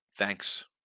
Thanks